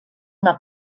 una